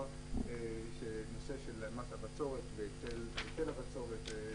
בנושא של מס הבצורת והיטל הבצורת.